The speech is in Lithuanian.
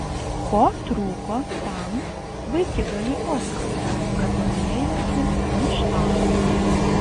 ko trūko tam vaikigaliui oskarui kad norėjosi maištauti